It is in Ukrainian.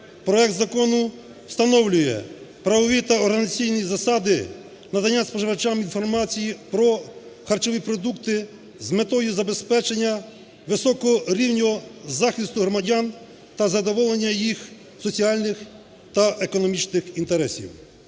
Проект закону встановлює правові та організаційні засади надання споживачам інформації про харчові продукти з метою забезпечення високого рівня захисту громадян та задоволення їх соціальних та економічних інтересів.